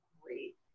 great